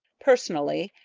personally,